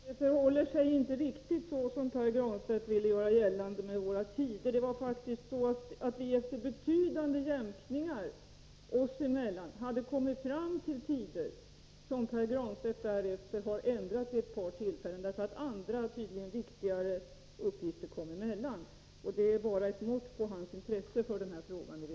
Fru talman! Med våra tider förhåller det sig inte riktigt som Pär Granstedt vill göra gällande. Efter betydande jämkningar oss emellan kom vi fram till tider vilka Pär Granstedt därefter ändrade vid ett par tillfällen, därför att andra, tydligen viktigare, uppgifter kom emellan. Det är i realiteten bara ett mått på hans intresse för den här frågan.